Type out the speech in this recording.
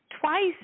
twice